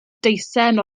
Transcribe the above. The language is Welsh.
deisen